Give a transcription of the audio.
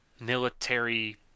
military